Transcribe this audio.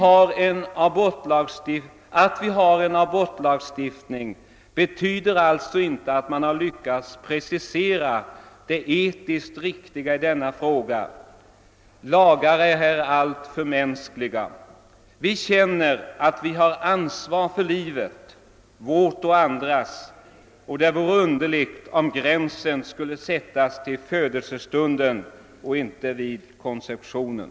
Att vi har en abortlagstiftning betyder alltså inte, att man har lyckats precisera det etiskt riktiga i denna fråga. Lagar är här alltför mänskliga. Vi känner till att vi har ansvar för livet, vårt och andras, och det vore underligt, om gränsen skulle sättas till födelsestunden och inte vid konceptionen.